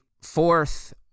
fourth